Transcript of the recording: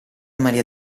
maria